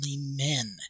men